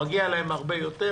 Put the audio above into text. מגיע להם הרבה יותר